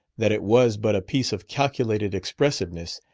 that it was but a piece of calculated expressiveness,